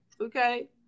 Okay